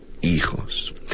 hijos